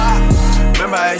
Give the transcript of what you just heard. Remember